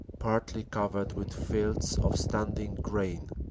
partly covered with fields of stand ing grain.